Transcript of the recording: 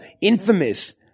Infamous